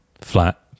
flat